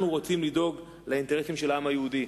אנחנו רוצים לדאוג לאינטרסים של העם היהודי.